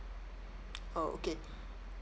oh okay